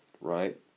right